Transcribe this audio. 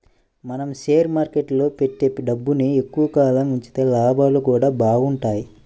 మనం షేర్ మార్కెట్టులో పెట్టే డబ్బుని ఎక్కువ కాలం ఉంచితే లాభాలు గూడా బాగుంటయ్